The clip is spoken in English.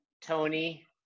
Tony